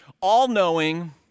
all-knowing